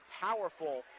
powerful